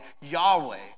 Yahweh